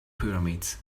pyramids